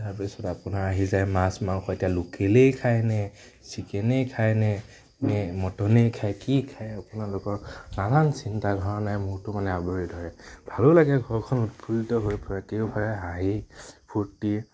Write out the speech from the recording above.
তাৰ পিছত আপোনাৰ আহি যায় মাছ মাংস এতিয়া লোকেলেই খায়নে ছিকেনেই খায় নে নে মটনেই খায় কি খায় আপোনালোকৰ নানান চিন্তা ধাৰণাই মূৰটো মানে আৱৰি ধৰে ভালো লাগে ঘৰখন উৎফুল্লিত হৈ পৰে কেওফাৰে হাঁহি ফুৰ্তি